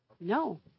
No